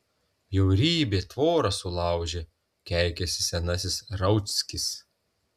bjaurybė tvorą sulaužė keikiasi senasis rauckis